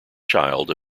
child